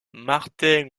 martin